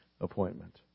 appointment